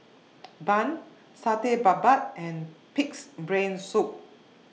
Bun Satay Babat and Pig'S Brain Soup